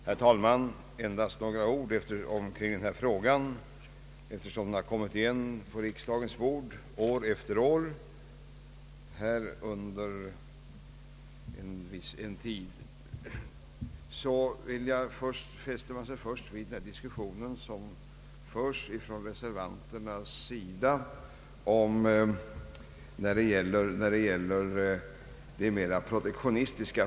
Herr talman! Endast några ord kring denna fråga eftersom den kommit igen på riksdagens bord år efter år på senare tid. Man fäster sig vid de mera protektionistiska funderingar som görs från reservanternas sida.